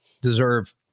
deserve